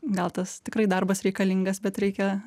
gal tas tikrai darbas reikalingas bet reikia